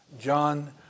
John